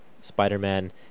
Spider-Man